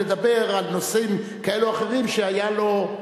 ולדבר על נושאים כאלה או אחרים שהיו לו,